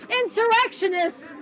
insurrectionists